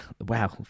wow